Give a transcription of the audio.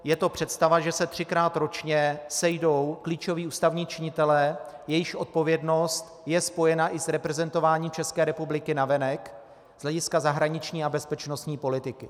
Je to představa, že se třikrát ročně sejdou klíčoví ústavní činitelé, jejichž odpovědnost je i spojena s reprezentováním České republiky navenek z hlediska zahraniční a bezpečnostní politiky.